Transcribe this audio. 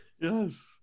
Yes